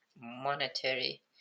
monetary